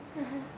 (uh huh)